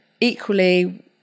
equally